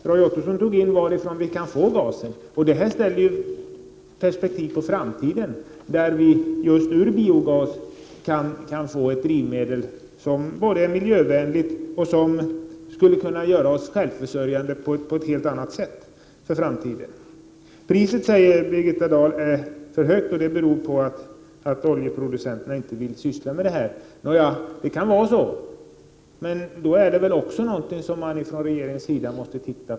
Roy Ottosson tog upp frågan om varifrån vi kan få gas i framtiden. Vi kan i biogasen få ett miljövänligt drivmedel som skulle kunna göra oss självförsörjande på ett helt annat sätt för framtiden. Birgitta Dahl nämnde att priset på motorgas är för högt och att det beror på att oljeproducenterna inte vill syssla med motorgas. Det är möjligt att det är så, men i så fall måste väl regeringen göra något åt detta.